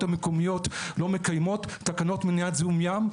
המקומיות לא מקיימות את תקנות מניעת זיהום מים,